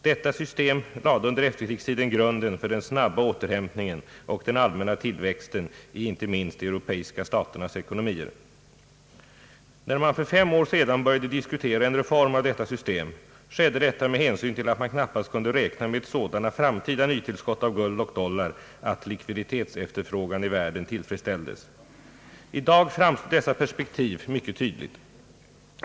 Detta system lade under efterkrigstiden grunden för den snabba återhämtningen och den allmänna tillväxten i inte minst de europeiska staternas ekonomier. När man för fem år sedan började diskutera en reform av detta system skedde detta med hänsyn till att man knappast kunde räkna med sådana framtida nytillskott av guld och dollar att likviditetsefterfrågan i världen tillfredsställdes. I dag framstår dessa perspektiv mycket tydligt.